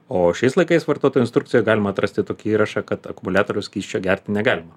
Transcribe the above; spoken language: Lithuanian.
o šiais laikais vartotojų instrukciją galima atrasti tokį įrašą kad akumuliatorių skysčio gert negalima